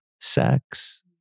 sex